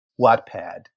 Wattpad